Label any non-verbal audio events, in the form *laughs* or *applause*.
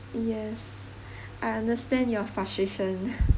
yes I understand your frustration *laughs*